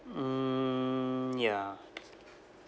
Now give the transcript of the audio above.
mm ya